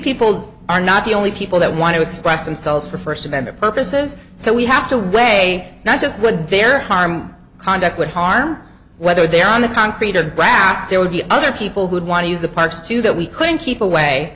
people are not the only people that want to express themselves for first and the purposes so we have to weigh not just would bear harm conduct would harm whether they on the concrete of grass there would be other people who would want to use the parks too that we couldn't keep away